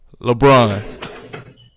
LeBron